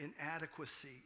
inadequacy